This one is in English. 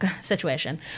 situation